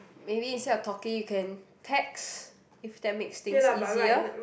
maybe instead of talking you can text if that makes things easier